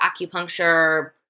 acupuncture